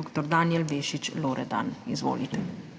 dr. Danijel Bešič Loredan. Izvolite.